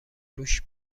رووش